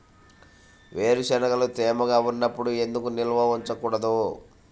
వేరుశనగలు తేమగా ఉన్నప్పుడు ఎందుకు నిల్వ ఉంచకూడదు?